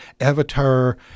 Avatar